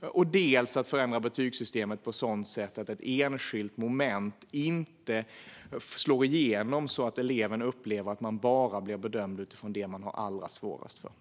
Det handlar också om att förändra betygssystemet på ett sådant sätt att ett enskilt moment inte slår igenom så att eleverna upplever att de bara blir bedömda utifrån det som de har allra svårast för.